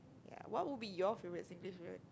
what would be your favourite Singlish word